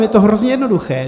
Je to hrozně jednoduché.